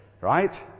right